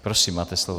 Prosím, máte slovo.